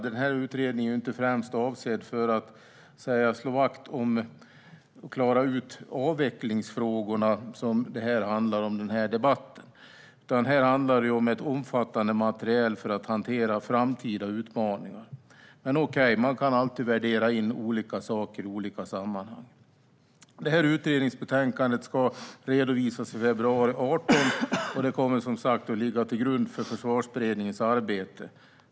Den här utredningen är inte främst avsedd att slå vakt om och klara ut avvecklingsfrågorna som den här debatten handlar om, utan här handlar det om omfattande materiel för att hantera framtida utmaningar. Men, okej, man kan alltid värdera in olika saker i olika sammanhang. Utredningsbetänkandet ska redovisas i februari 2018, och det kommer som sagt att ligga till grund för Försvarsberedningens arbete.